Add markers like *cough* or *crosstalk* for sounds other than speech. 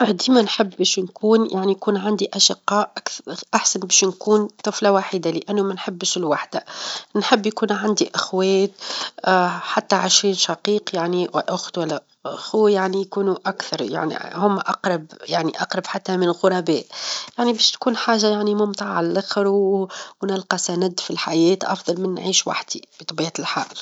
ديما نحبش نكون يعني يكون عندي اشقاء -أكث- أحسن باش نكون طفلة واحدة؛ لأنه ما نحبش الوحدة، نحب يكون عندي أخوات *hesitation* حتى عشرين شقيق يعني أخت، ولا أخو يعني يكونوا أكثر يعني هم أقرب يعني أقرب حتى من الغرباء، يعني باش تكون حاجة يعني ممتعة على اللخر، و *hesitation* ونلقى سند في الحياة أفظل من نعيش وحدي، بطبيعة الحال.